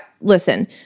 listen